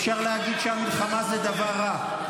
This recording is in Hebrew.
אפשר להגיד שהמלחמה זה דבר רע.